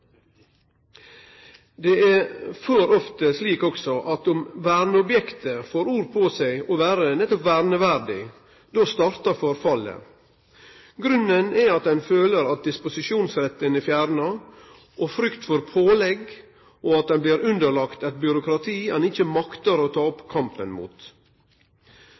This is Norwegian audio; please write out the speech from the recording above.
Det er for ofte også slik at om verneobjektet får ord på seg for å vere nettopp verneverdig, startar forfallet. Grunnen er at ein føler at disposisjonsretten er fjerna, frykt for pålegg og for at ein blir underlagd eit byråkrati ein ikkje maktar å ta opp kampen mot.